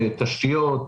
תשתיות,